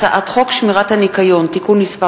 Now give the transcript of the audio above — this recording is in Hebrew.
הצעת חוק שמירת הניקיון (תיקון מס'